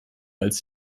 als